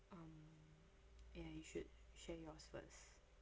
um ya you should share yours first